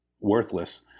worthless